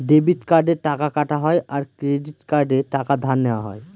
debit কার্ডে টাকা কাটা হয় আর ক্রেডিট কার্ডে টাকা ধার নেওয়া হয়